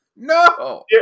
No